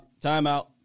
timeout